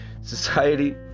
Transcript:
society